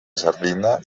sardina